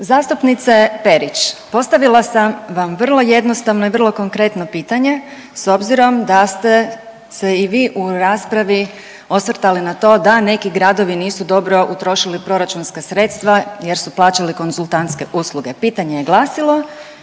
Zastupnice Perić, postavila sam vam vrlo jednostavno i vrlo konkretno pitanje s obzirom da ste se i vi u raspravi osvrtali na to da neki gradovi nisu dobro utrošili proračunska sredstva jer su plaćali konzultantske usluge. Pitanje je glasilo,